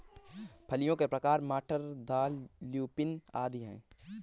फलियों के प्रकार मटर, दाल, ल्यूपिन आदि हैं